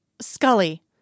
Scully